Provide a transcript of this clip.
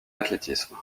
athlétisme